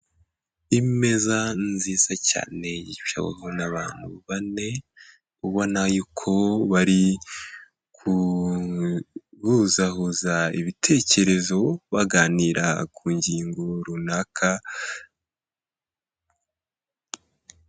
Imeza nziza cyane yicaweho n'abantu bane ubona yuko ko bari kuhuzahuza ibitekerezo baganira ku ngingo runaka.